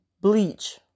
bleach